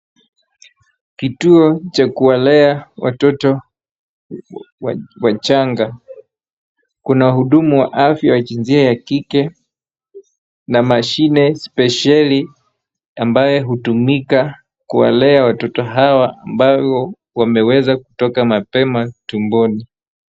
Kituo cha kuwalea watoto wachanga. Kuna hudumu wa afya wa jinsia ya kike na mashine spesheli ambayo hutumika kuwalea watoto hawa ambao wameweza kutoka mapema tumboni.